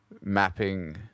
mapping